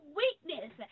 weakness